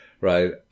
right